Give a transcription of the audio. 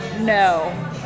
no